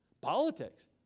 Politics